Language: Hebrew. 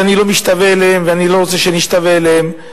ואני לא משתווה אליהם ואני לא רוצה שנשתווה אליהם,